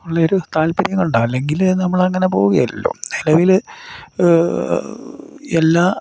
ഉള്ള ഒരു താല്പര്യം കൊണ്ടാ അല്ലെങ്കിൽ നമ്മൾ അങ്ങനെ പോകുയേല്ലല്ലോ നിലവിൽ എല്ലാ